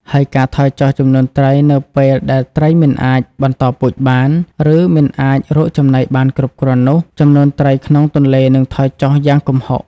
ហើយការថយចុះចំនួនត្រីនៅពេលដែលត្រីមិនអាចបន្តពូជបាន ឬមិនអាចរកចំណីបានគ្រប់គ្រាន់នោះ ចំនួនត្រីក្នុងទន្លេនឹងថយចុះយ៉ាងគំហុក។